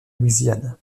louisiane